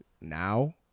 Now